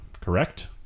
Correct